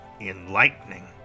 enlightening